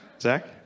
Zach